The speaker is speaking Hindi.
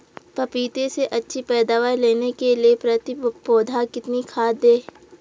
पपीते से अच्छी पैदावार लेने के लिए प्रति पौधा कितनी खाद दें?